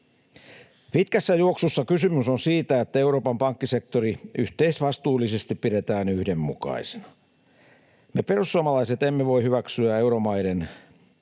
Pitkässä juoksussa kysymys on siitä, että Euroopan pankkisektori yhteisvastuullisesti pidetään yhdenmukaisena. Me perussuomalaiset emme voi hyväksyä euromaiden ja